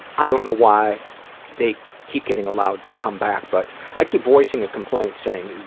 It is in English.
i don't know why they keep getting allowed to come back, but i keep voicing a complaint saying,